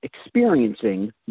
experiencing